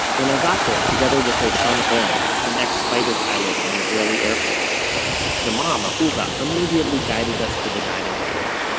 when i got there, together with their son ron an ex fighter-pilot in the israeli air force the mom, ahuva immediately guided us to the dining table.